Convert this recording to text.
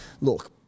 look